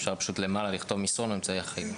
אפשר פשוט לכתוב למעלה: "מסרון או אמצעי אחר".